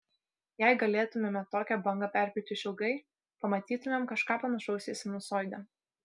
jei galėtumėme tokią bangą perpjauti išilgai pamatytumėm kažką panašaus į sinusoidę